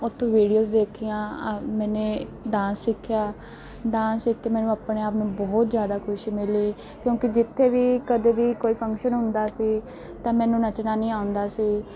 ਉੱਥੋਂ ਵੀਡੀਓਸ ਦੇਖੀਆਂ ਮੈਂ ਡਾਂਸ ਸਿੱਖਿਆ ਡਾਂਸ ਸਿੱਖ ਮੈਨੂੰ ਆਪਣੇ ਆਪ ਨੂੰ ਬਹੁਤ ਜ਼ਿਆਦਾ ਖੁਸ਼ੀ ਮਿਲੀ ਕਿਉਂਕਿ ਜਿੱਥੇ ਵੀ ਕਦੇ ਵੀ ਕੋਈ ਫੰਕਸ਼ਨ ਹੁੰਦਾ ਸੀ ਤਾਂ ਮੈਨੂੰ ਨੱਚਣਾ ਨਹੀਂ ਆਉਂਦਾ ਸੀ